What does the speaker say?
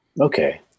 Okay